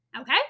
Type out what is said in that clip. okay